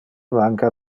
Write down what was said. manca